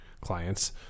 clients